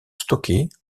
stockées